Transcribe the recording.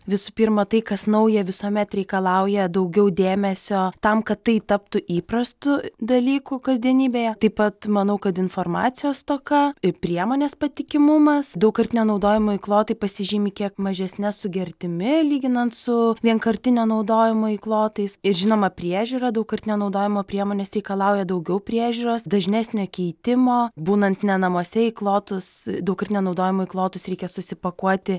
visų pirma tai kas nauja visuomet reikalauja daugiau dėmesio tam kad tai taptų įprastu dalyku kasdienybėje taip pat manau kad informacijos stoka ir priemonės patikimumas daugkartinio naudojimo įklotai pasižymi kiek mažesne sugertimi lyginant su vienkartinio naudojimo įklotais ir žinoma priežiūra daugkartinio naudojimo priemonės reikalauja daugiau priežiūros dažnesnio keitimo būnant ne namuose įklotus daugkartinio naudojimo įklotus reikia susipakuoti